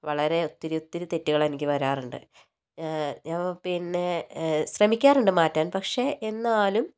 വളരെ ഒത്തിരി ഒത്തിരി തെറ്റുകളെനിക്കു വരാറുണ്ട് ഞാൻ പിന്നെ ശ്രമിക്കാറുണ്ട് മാറ്റാൻ പക്ഷെ എന്നാലും